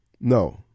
No